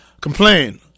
complain